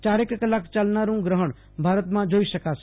ચારેક કલાક ચાલનારું ગ્રફણ ભારતમાં જોઈ શકાશે